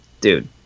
dude